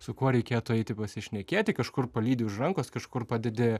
su kuo reikėtų eiti pasišnekėti kažkur palydi už rankos kažkur padedi